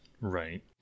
Right